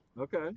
okay